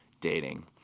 dating